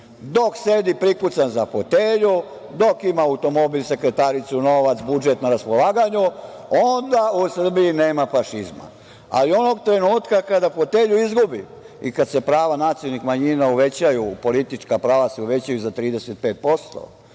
Dok sedi prikucan za fotelju, dok ima automobil, sekretaricu, novac i budžet na raspolaganju onda u Srbiji nema fašizma, ali onog trenutka kada fotelju izgubi i kada se prava nacionalnih manjina uvećaju, politička prava se uvećaju za 35%